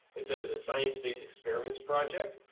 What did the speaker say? it's under the sciencebase experiments project,